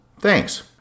Thanks